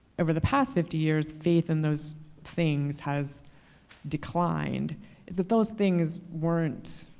over the past fifty years, faith and those things has declined is that those things weren't